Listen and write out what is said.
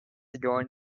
adorned